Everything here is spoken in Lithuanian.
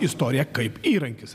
istorija kaip įrankis